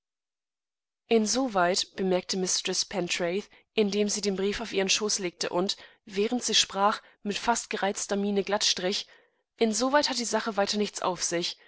insoweit bemerkte mistreß pentreath indem sie den brief auf ihren schoß legte und während sie sprach mit fast gereizter miene glattstrich insoweit hat die sache weiternichtsaufsich